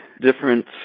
different